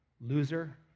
Loser